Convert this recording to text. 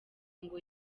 ngo